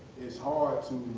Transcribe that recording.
it's hard to